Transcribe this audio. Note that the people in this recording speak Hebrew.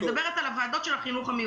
אני מדברת על הוועדות של החינוך המיוחד.